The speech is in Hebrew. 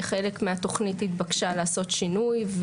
חלק מהתוכנית התבקשה לעשות שינוי.